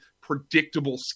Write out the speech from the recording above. predictable